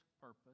purpose